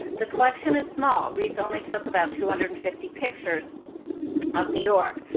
the collection is small. riis only took about two hundred and fifty pictures of new york.